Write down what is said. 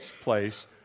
place